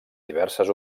diverses